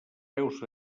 peus